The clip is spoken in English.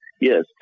Yes